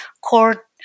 court